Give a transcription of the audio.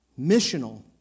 missional